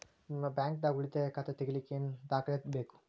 ನಿಮ್ಮ ಬ್ಯಾಂಕ್ ದಾಗ್ ಉಳಿತಾಯ ಖಾತಾ ತೆಗಿಲಿಕ್ಕೆ ಏನ್ ದಾಖಲೆ ಬೇಕು?